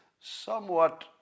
somewhat